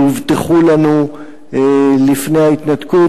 שהובטחו לנו לפני ההתנתקות,